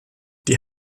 die